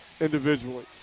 individually